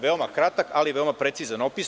Veoma kratak ali veoma precizan opis.